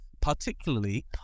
particularly